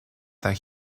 that